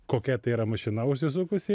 kokia tai yra mašina užsisukusi